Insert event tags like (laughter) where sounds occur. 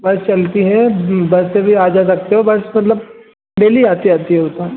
बस चलती है बस से भी आ जा सकते हो बस मतलब डेली आती आती है (unintelligible)